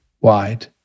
Wide